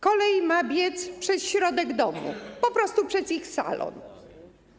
Kolej ma biec przez środek domu, po prostu przez ich salon.